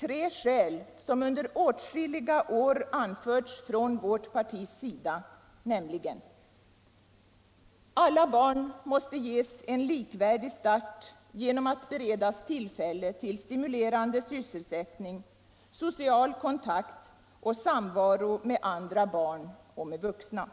tre skäl som under åtskilliga år anförts från vårt partis sida, nämligen: Alla barn måste ges en likvärdig start genom att beredas tillfälle till stimulerande sysselsättning, social kontakt och samvaro med andra barn och med vuxna.